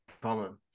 Common